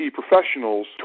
professionals